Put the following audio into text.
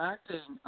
Acting